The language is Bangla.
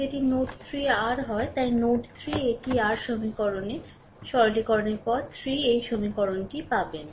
যেটি নোড 3 এ r হয় তাই নোড 3 এ এটিই r সমীকরণ সরলীকরণের পরে 3 এই সমীকরণটি পাবেন